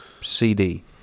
CD